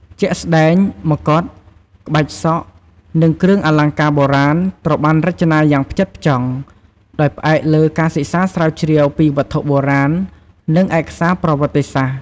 ជាក់ស្តែង មកុដ ក្បាច់សក់ និង គ្រឿងអលង្ការបុរាណ ត្រូវបាន រចនាយ៉ាងផ្ចិតផ្ចង់ ដោយផ្អែកលើការសិក្សាស្រាវជ្រាវពីវត្ថុបុរាណ និងឯកសារប្រវត្តិសាស្ត្រ។